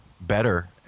better